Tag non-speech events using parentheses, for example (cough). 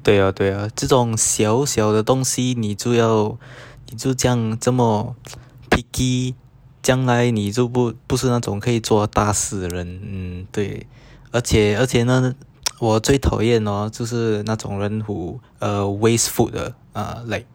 对 ah 对 ah 这种小小的东西你就要你就这样这么 (noise) picky 将来你就不不是那种可以做大事的人 mm 对而且而且呢我最讨厌 hor 就是那种人 who uh waste food 的 ah like